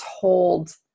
told